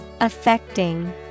Affecting